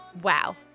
wow